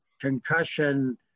concussion